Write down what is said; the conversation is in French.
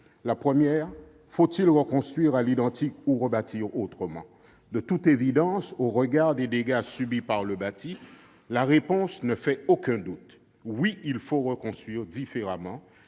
Premièrement, faut-il reconstruire à l'identique ou rebâtir autrement ? À l'évidence, au regard des dégâts subis par le bâti, la réponse ne fait aucun doute : oui, il faut reconstruire différemment